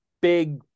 big